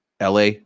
LA